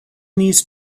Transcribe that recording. these